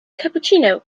cappuccino